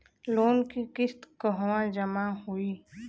Loan के किस्त कहवा जामा होयी?